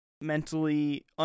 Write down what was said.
mentally